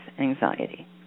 anxiety